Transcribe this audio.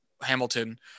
Hamilton